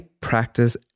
practice